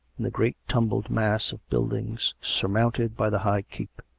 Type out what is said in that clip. in the great tumbled mass of buildings surmounted by the high keep.